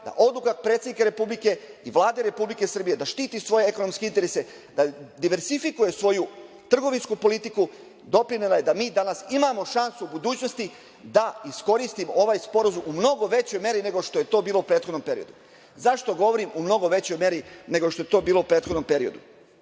da odu kod predsednika Republike i Vlade Republike Srbije da štiti svoje ekonomske interese, da diversikuje svoju trgovinsku politiku, doprinela je da mi danas imamo šansu u budućnosti da iskoristimo ovaj sporazum u mnogo većoj meri nego što je to bilo u prethodnom periodu.Zašto govorim u mnogo većoj meri nego što je to bilo u prethodnom periodu?